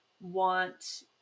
want